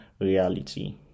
reality